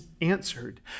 answered